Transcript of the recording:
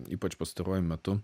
ypač pastaruoju metu